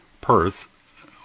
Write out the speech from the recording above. Perth